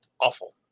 awful